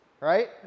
right